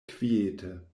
kviete